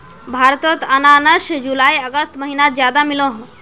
भारतोत अनानास जुलाई अगस्त महिनात ज्यादा मिलोह